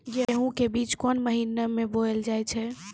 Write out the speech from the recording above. गेहूँ के बीच कोन महीन मे बोएल जाए?